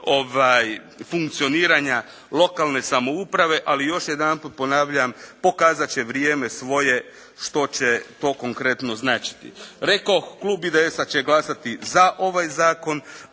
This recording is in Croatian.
funkcioniranja lokalne samouprave, ali još jedanput ponavljam pokazat će vrijeme svoje što će to konkretno značiti. Rekoh Klub IDS-a će glasati na ovaj zakon